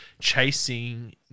chasing